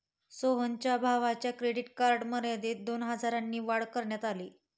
सोहनच्या भावाच्या credit card मर्यादेत दोन हजारांनी वाढ करण्यात आली